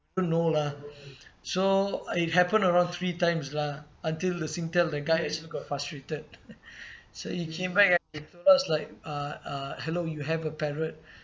I don't know lah so it happen around three times lah until the Singtel the guy actually got frustrated so he came back he told us like uh uh hello you have a parrot